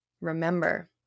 Remember